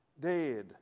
Dead